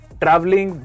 traveling